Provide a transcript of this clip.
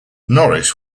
norris